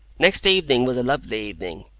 next evening was a lovely evening,